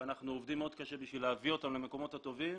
ואנחנו עובדים מאוד קשה בשביל להביא אותם למקומות טובים.